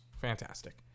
fantastic